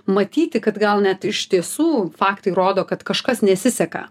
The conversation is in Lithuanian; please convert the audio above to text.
matyti kad gal net iš tiesų faktai rodo kad kažkas nesiseka